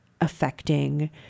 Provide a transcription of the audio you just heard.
affecting